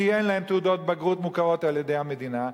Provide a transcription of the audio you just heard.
כי אין להם תעודות בגרות מוכרות על-ידי המדינה.